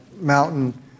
mountain